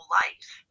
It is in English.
life